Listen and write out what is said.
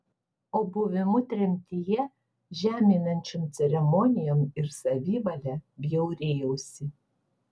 o buvimu tremtyje žeminančiom ceremonijom ir savivale bjaurėjausi